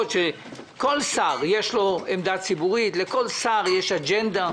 לכל שר יש עמדה ציבורית, לכל שר יש אג'נדה.